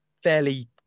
fairly